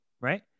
right